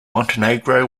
montenegro